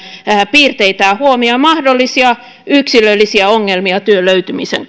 piirteitään huomioon mahdollisia yksilöllisiä ongelmia työn löytymisen